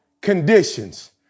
conditions